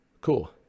Cool